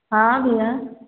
हाँ भैया